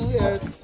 yes